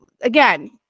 again